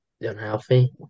unhealthy